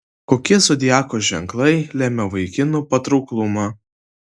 kokie zodiako ženklai lėmė vaikinų patrauklumą